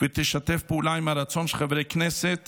ותשתף פעולה עם הרצון של חברי הכנסת